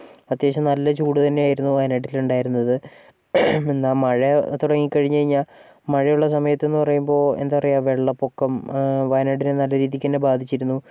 അത്യാവശ്യം നല്ല ചൂട് തന്നെയായിരുന്നു വയനാട്ടിലുണ്ടായിരുന്നത് എന്നാൽ മഴ തുടങ്ങി കഴിഞ്ഞു കഴിഞ്ഞാൽ മഴയുള്ള സമയത്തെന്നു പറയുമ്പോൾ എന്താ പറയുക വെള്ളപ്പൊക്കം വയനാട്ടിൽ നല്ല രീതിയ്ക്കു തന്നെ ബാധിച്ചിരുന്നു